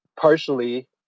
partially